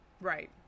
Right